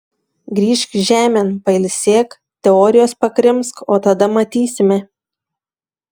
grįžk žemėn pailsėk teorijos pakrimsk o tada matysime